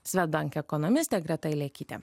swedbank ekonomistė greta ilekytė